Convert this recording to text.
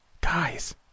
Guys